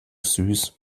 süß